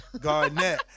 Garnett